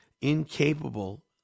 incapable